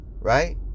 Right